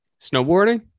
Snowboarding